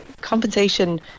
compensation